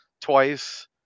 twice